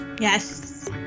Yes